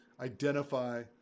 identify